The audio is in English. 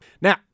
Now